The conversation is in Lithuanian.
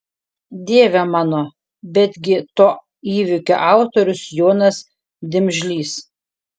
dieve mano betgi to įvykio autorius jonas dimžlys